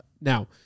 Now